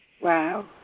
Wow